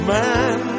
man